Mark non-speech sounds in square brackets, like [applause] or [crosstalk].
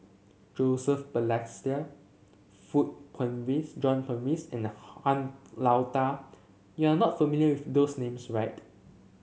Joseph Balestier [unintelligible] John Purvis and Han Lao Da you are not familiar with those names right